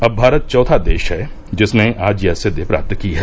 अब भारत चौथा देश है जिसने आज यह सिद्वि प्राप्त की है